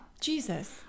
Jesus